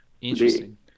Interesting